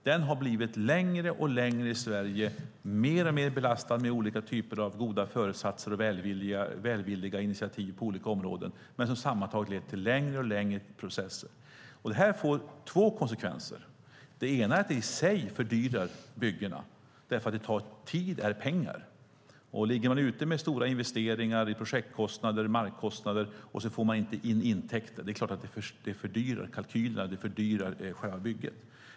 Den har blivit längre och längre i Sverige, mer och mer belastad med olika typer av goda föresatser och välvilliga initiativ på olika områden, men de har sammantaget lett till längre och längre processer. Det får två konsekvenser. Den ena är att det i sig fördyrar byggena, eftersom tid är pengar. Ligger man ute med stora investeringar i projektkostnader och markkostnader och inte får in intäkter är det klart att det fördyrar kalkylerna och fördyrar själva bygget.